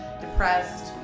depressed